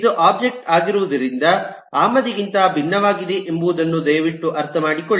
ಇದು ಒಬ್ಜೆಕ್ಟ್ ಆಗಿರುವ ಆಮದಿಗಿಂತ ಭಿನ್ನವಾಗಿದೆ ಎಂಬುದನ್ನು ದಯವಿಟ್ಟು ಅರ್ಥಮಾಡಿಕೊಳ್ಳಿ